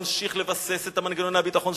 ממשיך לבסס את מנגנוני הביטחון,